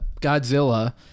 Godzilla